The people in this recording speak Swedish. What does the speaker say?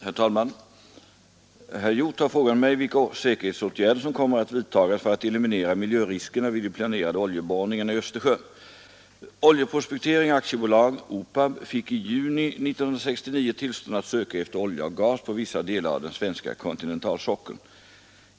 Herr talman! Herr Hjorth har frågat mig vilka säkerhetsåtgärder som kommer att vidtagas för att eliminera miljöriskerna vid de planerade oljeborrningarna i Östersjön. Oljeprospektering AB fick i juni 1969 tillstånd att söka efter olja och gas på vissa delar av den svenska kontinentalsockeln.